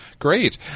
Great